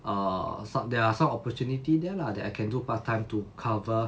err some there are some opportunity there lah that I can do part time to cover